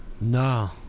No